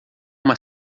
uma